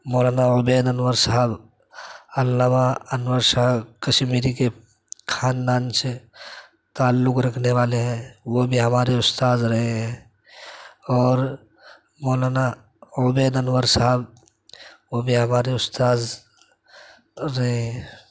مولانا عبید انور صاحب علامہ انور شاہ کشمیری کے خاندان سے تعلق رکھنے والے ہیں وہ بھی ہمارے استاد رہے ہیں اور مولانا عبید انور صاحب وہ بھی ہمارے استاد رہے ہیں